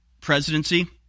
presidency